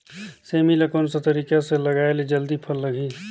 सेमी ला कोन सा तरीका से लगाय ले जल्दी फल लगही?